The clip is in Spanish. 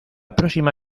próxima